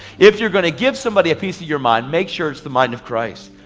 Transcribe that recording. if you're going to give somebody a piece of your mind, make sure it's the mind of christ.